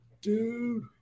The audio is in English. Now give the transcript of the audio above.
Dude